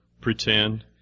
pretend